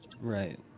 Right